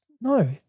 No